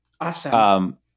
Awesome